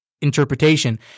interpretation